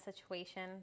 situation